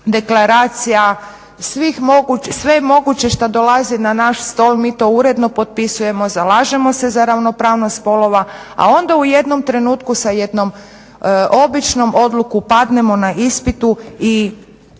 deklaracija, sve moguće što dolazi na naš stol mi to uredno potpisujemo, zalažemo se za ravnopravnost spolova, a onda u jednom trenutku sa jednom obično odlukom padnemo na ispitu i